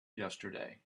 yesterday